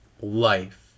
life